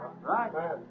right